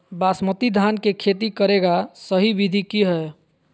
बासमती धान के खेती करेगा सही विधि की हय?